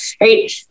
right